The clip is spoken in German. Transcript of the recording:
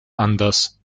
anders